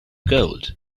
gold